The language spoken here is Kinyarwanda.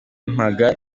mpaga